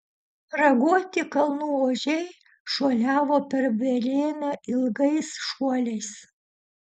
raguoti kalnų ožiai šuoliavo per velėną ilgais šuoliais